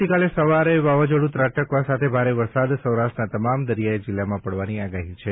આવતીકાલે સવારે વાવાઝોડું ત્રાટકવા સાથે ભારે વરસાદ સૌરાષ્ટ્રના તમામ દરિયાઇ જિલ્લામાં પડવાની આગાહી છે